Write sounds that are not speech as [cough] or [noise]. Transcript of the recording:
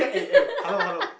ceed [laughs]